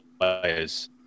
players